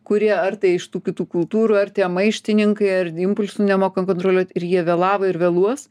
kurie ar tai iš tų kitų kultūrų ar tie maištininkai ar impulsų nemoka kontroliuot ir jie vėlavo ir vėluos